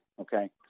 okay